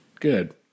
Good